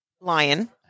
lion